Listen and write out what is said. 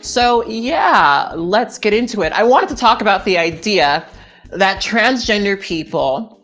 so yeah, let's get into it. i wanted to talk about the idea that transgender people